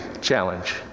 challenge